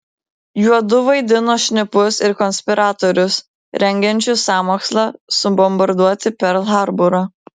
juodu vaidino šnipus ir konspiratorius rengiančius sąmokslą subombarduoti perl harborą